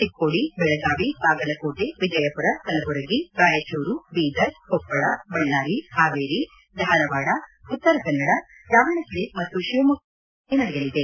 ಚಿಕ್ಕೋಡಿ ಬೆಳಗಾವಿ ಬಾಗಲಕೋಟೆ ವಿಜಯಪುರ ಕಲಬುರಗಿ ರಾಯಚೂರು ಬೀದರೆ ಕೊಪ್ಪಳ ಬಳ್ಳಾರಿ ಹಾವೇರಿ ಧಾರವಾಡ ಉತ್ತರ ಕನ್ನಡ ದಾವಣಗೆರೆ ಮತ್ತು ಶಿವಮೊಗ್ಗ ಕ್ಷೇತ್ರಗಳಲ್ಲಿ ಚುನಾವಣೆ ನಡೆಯಲಿದೆ